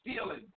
stealing